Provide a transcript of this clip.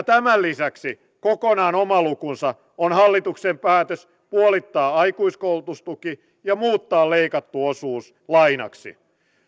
tämän lisäksi kokonaan oma lukunsa on hallituksen päätös puolittaa aikuiskoulutustuki ja muuttaa leikattu osuus lainaksi